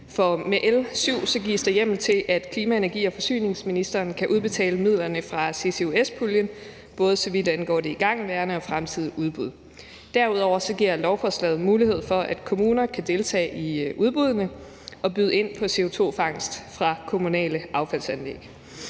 For med L 7 gives der hjemmel til, at klima-, energi- og forsyningsministeren kan udbetale midlerne fra CCUS-puljen, både hvad angår det igangværende og fremtidige udbud. Derudover giver lovforslaget mulighed for, at kommuner kan deltage i udbuddene og byde ind på CO2-fangst fra kommunale affaldsanlæg.